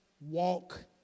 walk